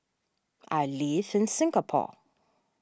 I live in Singapore